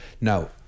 now